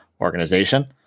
Organization